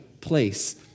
place